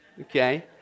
okay